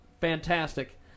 Fantastic